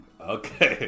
Okay